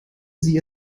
sie